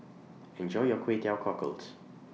Enjoy your Kway Teow Cockles